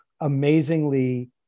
amazingly